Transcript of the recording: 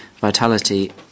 Vitality